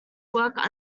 work